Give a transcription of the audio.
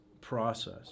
process